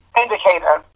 indicator